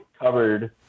covered